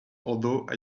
although